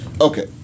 okay